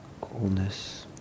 coolness